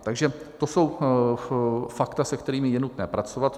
Takže to jsou fakta, se kterými je nutné pracovat.